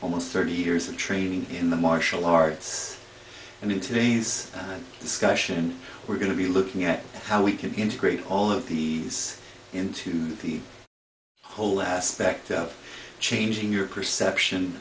almost thirty years of training in the martial arts and in today's discussion we're going to be looking at how we can integrate all of these into the whole aspect of changing your perception